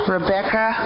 Rebecca